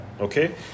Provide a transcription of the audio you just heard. okay